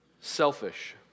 selfish